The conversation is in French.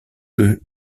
que